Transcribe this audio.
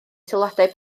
sylwadau